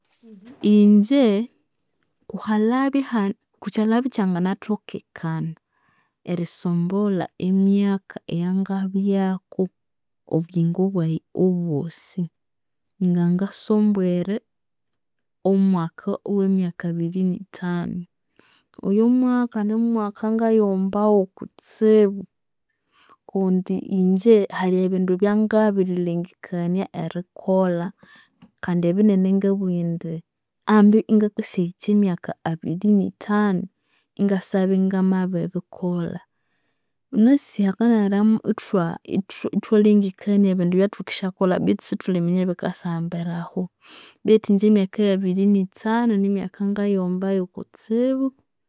Inje kuhalyabya ihane, kukyiryabya ikyanganathokekana erisombolha emyaka eyangabyaku obuyingo bwayi obwosi, ngangasombwere omwaka owemyaka abirinithanu. Oyomwaka nimwaka ngayighombaghu kutsibu kundi inje hali ebindu ebyangabirilengekania erikolha kandi ebinene ngabugha indi ambi ingakasyahikya emyaka abiri ni thanu, ingasyabya ingamabiribikolha. Ghunasi hakanayiramu ithwalengakania ebindu ebyathukendisyakolha betu isithuliminya ebikasa ahambere ahu betu inje emyaka eyabiri nithanu nimyaka ngayighombayu kutsibu